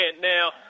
now